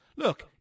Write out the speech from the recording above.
Look